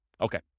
Okay